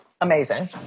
Amazing